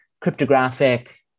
cryptographic